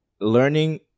learning